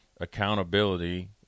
accountability